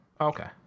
okay